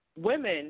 women